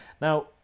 Now